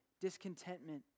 discontentment